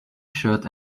shirt